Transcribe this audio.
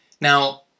Now